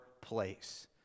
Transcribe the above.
place